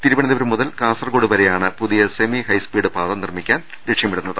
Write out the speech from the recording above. തിരുവനന്തപുരം മുതൽ കാസർഗോഡ് വരെയാണ് പുതിയ സെമി ഹൈസ്പീഡ് പാത നിർമ്മിക്കാൻ ലക്ഷ്യമിടു ട ന്നത്